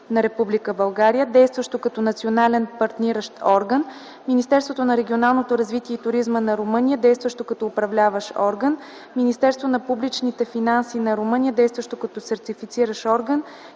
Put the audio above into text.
Министерството на регионалното развитие и туризма на Румъния, действащо като Управляващ орган, Министерството на публичните финанси на Румъния, действащо като Сертифициращ орган,